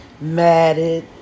matted